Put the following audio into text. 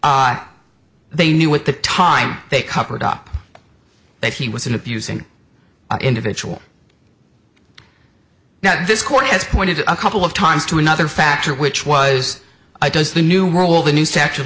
when they knew what the time they covered up that he was in a fusing individual now this court has pointed a couple of times to another factor which was i dos the new rule the new section